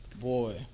Boy